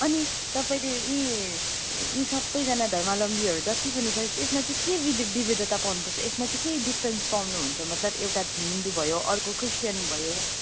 अनि तपाईँले यी यी सबैजना धर्मावलम्बी जति पनि छ त्यसमा चै के विवि विविधता पाउनुपर्छ यसमा चाहिँ के डिफिरेन्स पाउनुहुन्छ मतलब एउटा हिन्दू भयो अर्को क्रिस्चयन भयो